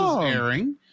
airing